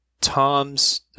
Tom's